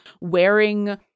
wearing